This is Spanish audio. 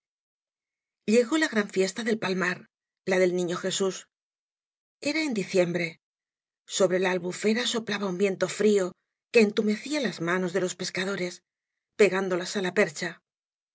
llegó la gran fiesta del palmar la del niño jeús era en diciembre sobre la albufera soplaba n viento frío que entumecía lae mai de loe pescadorea pegándolas á a percha